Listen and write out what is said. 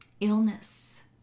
illness